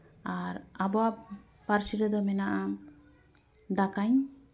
ᱟᱨ ᱟᱵᱚᱣᱟᱜ ᱯᱟᱹᱨᱥᱤ ᱨᱮᱫᱚ ᱢᱮᱱᱟᱜᱼᱟ ᱫᱟᱠᱟᱧ